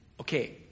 okay